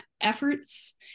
efforts